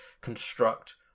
construct